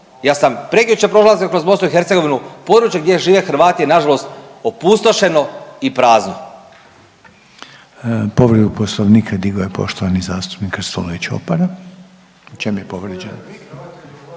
Ja sam prekjučer prolazio kroz BiH, područje gdje žive Hrvati je nažalost opustošeno i prazno.